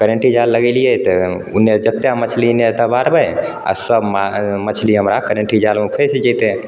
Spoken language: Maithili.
करेंटी जाल लगेलिए तऽ उन्ने जतेक मछली इन्ने दबाड़बै आ सब मछली हमरा करेंटी जालमे फँसि जैतै